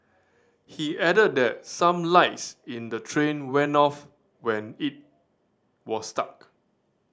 he added that some lights in the train went off when it was stuck